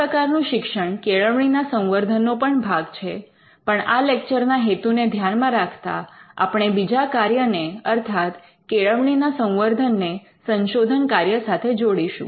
આ પ્રકારનું શિક્ષણ કેળવણીના સંવર્ધનનો પણ ભાગ છે પણ આ લેક્ચરના હેતુને ધ્યાનમાં રાખતા આપણે બીજા કાર્યને અર્થાત કેળવણીના સંવર્ધનને સંશોધન કાર્ય સાથે જોડીશું